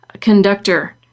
conductor